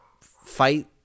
fight